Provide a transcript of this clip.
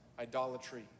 Idolatry